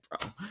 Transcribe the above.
bro